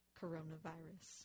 coronavirus